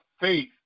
faith